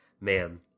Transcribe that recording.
Man